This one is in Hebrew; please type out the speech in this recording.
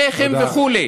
שייח'ים וכו'.